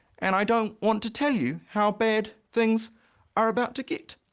and i don't want to tell you how bad things are about to get.